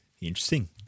Interesting